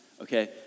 okay